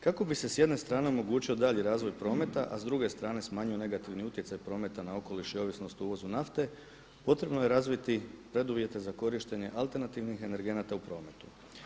Kako bi se jedne strane omogućio daljnji razvoj prometa a s druge strane smanjio negativni utjecaj prometa na okoliš i ovisnost o uvozu nafte potrebno je razviti preduvjete za korištenje alternativni energenata u prometu.